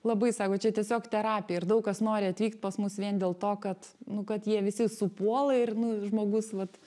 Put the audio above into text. labai sako čia tiesiog terapija ir daug kas nori atvykt pas mus vien dėl to kad nu kad jie visi supuola ir nu žmogus vat